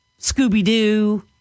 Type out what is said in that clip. Scooby-Doo